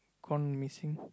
gone missing